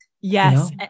Yes